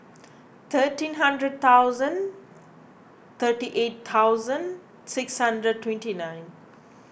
thirteen hundred thousand thirty eight thousand six hundred twenty nine